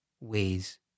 ways